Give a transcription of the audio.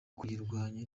kuyirwanya